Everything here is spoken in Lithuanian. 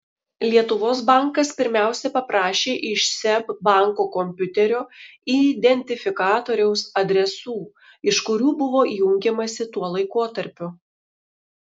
lietuvos bankas pirmiausia paprašė iš seb banko kompiuterio identifikatoriaus adresų iš kurių buvo jungiamasi tuo laikotarpiu